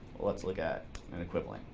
let's look at an equivalent.